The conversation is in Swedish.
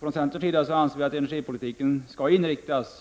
Från centerns sida anser vi att energipolitiken skall inriktas på en effekti — Prot.